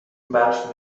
برف